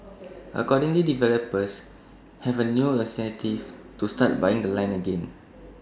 accordingly developers have A new incentive to start buying the land again